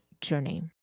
journey